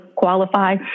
Qualify